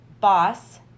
boss